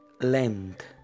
length